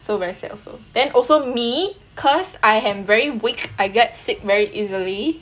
so very sad also then also me cause I am very weak I get sick very easily